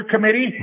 committee